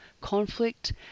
conflict